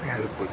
ഞാൻ ഇപ്പോൾ